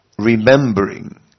remembering